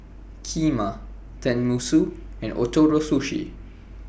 Kheema Tenmusu and Ootoro Sushi